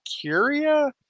Curia